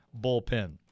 bullpen